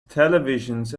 televisions